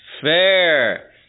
Fair